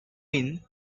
been